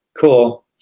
cool